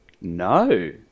No